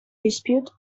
dispute